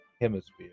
hemisphere